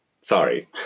Sorry